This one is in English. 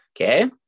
okay